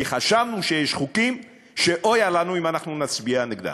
כי חשבנו שיש חוקים שאויה לנו אם אנחנו נצביע נגדם.